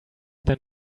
than